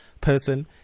person